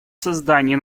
создании